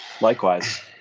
Likewise